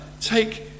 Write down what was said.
take